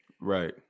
Right